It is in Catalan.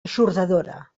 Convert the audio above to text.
eixordadora